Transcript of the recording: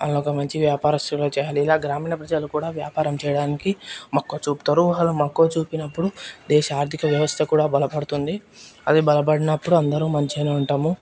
వాళ్లని ఒక మంచి వ్యాపారిస్తులుగా చేయాలి ఇలా గ్రామీణ ప్రజలు కూడా వ్యాపారం చేయడానికి మక్కువ చూపుతారు వాళ్ళు మక్కువ చూపినప్పుడు దేశ ఆర్థిక వ్యవస్థ కూడా బలపడుతుంది అదే బలపడినప్పుడు అందరు మంచిగానే ఉంటాము